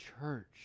church